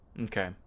Okay